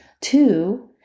Two